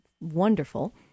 wonderful